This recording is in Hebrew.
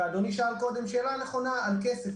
ואדוני שאל קודם שאלה נכונה על כסף.